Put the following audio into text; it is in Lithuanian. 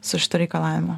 su šitu reikalavimu